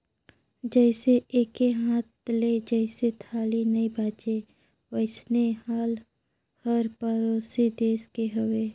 जइसे एके हाथ ले जइसे ताली नइ बाजे वइसने हाल हर परोसी देस के हवे